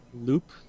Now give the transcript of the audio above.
loop